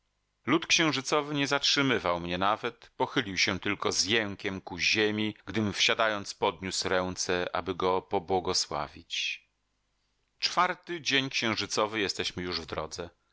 lud księżycowy nie zatrzymywał mnie nawet pochylił się tylko z jękiem ku ziemi gdym wsiadając podniósł ręce aby go pobłogosławić czwarty dzień księżycowy jesteśmy już w drodze